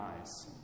eyes